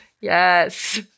Yes